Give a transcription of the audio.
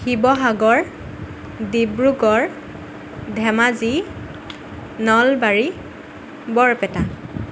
Sivasagar Dibrugarh Dhemaji Nalbari Barpeta